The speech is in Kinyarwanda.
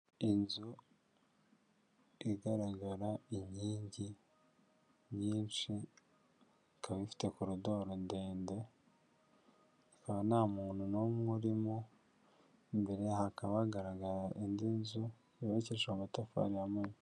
Inzu igaragara inkingi nyinshi, ikaba ifite korodor ndende, ikaba nta muntu n'umwe urimo, imbere hakaba hagaragara indi nzu yubakije amatafari ya mpunyu.